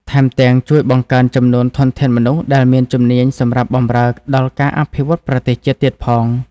ថែមទាំងជួយបង្កើនចំនួនធនធានមនុស្សដែលមានជំនាញសម្រាប់បម្រើដល់ការអភិវឌ្ឍប្រទេសជាតិទៀតផង។